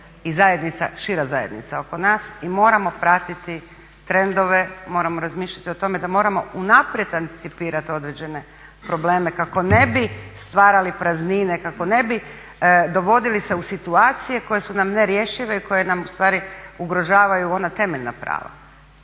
i zajednica, šira zajednica oko nas i moramo pratiti trendove, moramo razmišljati o tome da moram u naprijed anticipirati određene probleme kako ne bi stvarali praznine, kako ne bi dovodili se u situacije koje su nam nerješive i koje nam ustvari ugrožavaju ona temeljna prava,